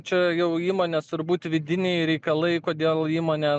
čia jau įmonės turbūt vidiniai reikalai kodėl įmonė